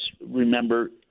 remember